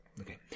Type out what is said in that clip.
Okay